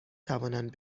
توانند